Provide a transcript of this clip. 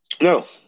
No